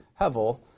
Hevel